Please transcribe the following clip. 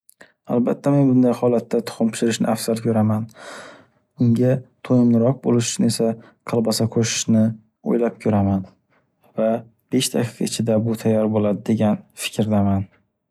Albatta men bunday holatda tuxum pishirishni afzal ko’raman. Unga to’yimliroq bo’lish uchun esa kolbasa qo’shishni o’ylab ko’raman. Va besh daqiqa ichida bu tayyor bo’ladi degan fikrdaman.